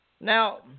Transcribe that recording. Now